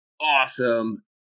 awesome